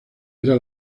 era